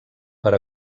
per